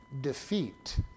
defeat